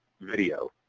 video